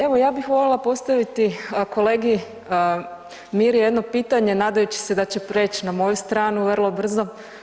Evo, ja bih voljela postaviti kolegi Miri jedno pitanje nadajući se da će preć na moju stranu vrlo brzo.